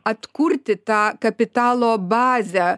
atkurti tą kapitalo bazę